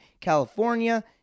California